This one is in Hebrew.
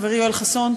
חברי יואל חסון,